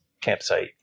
campsite